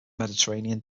mediterranean